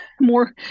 more